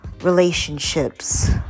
relationships